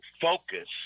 focus